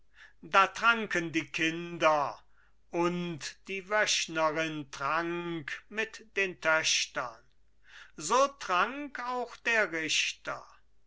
da tranken die kinder und die wöchnerin trank mit den töchtern so trank auch der richter